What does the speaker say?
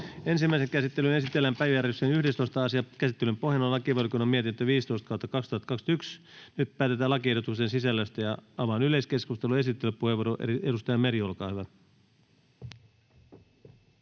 Ensimmäiseen käsittelyyn esitellään päiväjärjestyksen 11. asia. Käsittelyn pohjana on lakivaliokunnan mietintö LaVM 15/2021 vp. Nyt päätetään lakiehdotusten sisällöstä. — Avaan yleiskeskustelun. Esittelypuheenvuoro, edustaja Meri, olkaa hyvä.